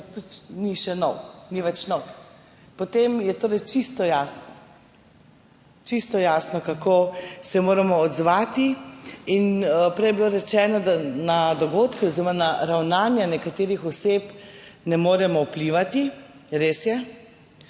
pa tudi ni več nov, potem je torej čisto jasno, čisto jasno, kako se moramo odzvati. Prej je bilo rečeno, da na dogodke oziroma na ravnanja nekaterih oseb ne moremo vplivati. Res je,